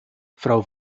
frau